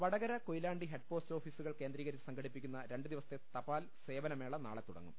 Vadakara Koyilandy head post ഓഫീസുകൾ കേന്ദ്രീക രിച്ച് സംഘടിപ്പിക്കുന്ന രണ്ടുദിവസത്തെ തപാൽ സേവനമേള നാളെ തുടങ്ങും